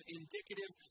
indicative